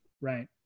right